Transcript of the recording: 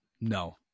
No